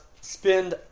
spend